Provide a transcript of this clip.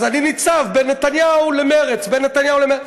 אז אני ניצב בין נתניהו למרצ, בין נתניהו למרצ.